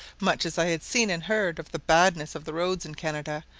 much as i had seen and heard of the badness of the roads in canada,